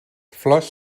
flors